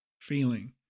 feeling